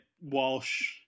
Walsh